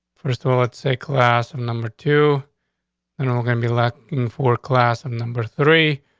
first of all, let's say class of number two and and we're gonna be locked in four class and number three